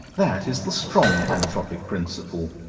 that is the strong anthropic principle.